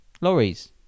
lorries